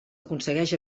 aconsegueix